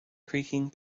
creaking